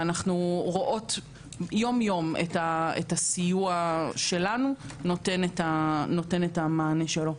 ואנחנו רואים יום-יום שהסיוע שלנו נותן את המענה שלו.